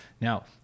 Now